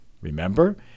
Remember